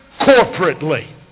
corporately